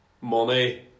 money